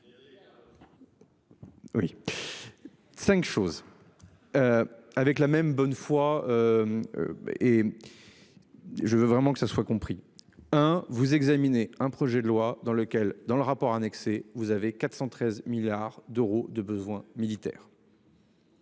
Oui. 5 choses. Avec la même bonne foi. Et. Je veux vraiment que ça soit compris hein vous examiner un projet de loi dans lequel dans le rapport annexé. Vous avez 413 milliards d'euros de besoins militaires.